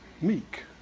meek